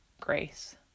grace